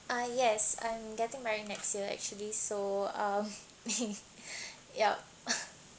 uh yes I'm getting married next year actually so um yup